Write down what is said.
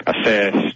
assist